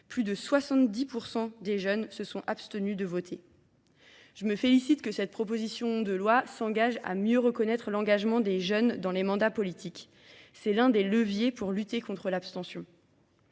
plus de 70% des jeunes se sont abstenus de voter. Je me félicite que cette proposition de loi s'engage à mieux reconnaître l'engagement des jeunes dans les mandats politiques. C'est l'un des leviers pour lutter contre l'abstention.